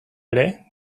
ere